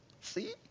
See